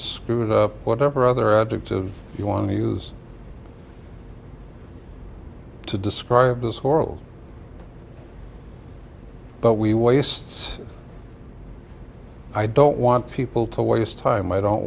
screwed up whatever other adjective you want to use to describe this horrible but we wastes i don't want people to waste time i don't